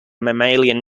mammalian